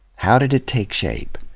how did it take shape?